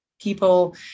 people